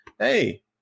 Hey